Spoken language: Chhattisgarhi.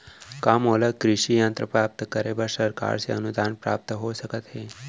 का मोला कृषि यंत्र प्राप्त करे बर सरकार से अनुदान प्राप्त हो सकत हे?